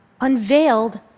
unveiled